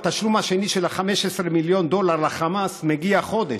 התשלום השני של 15 מיליון דולר לחמאס מגיע החודש.